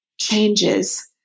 changes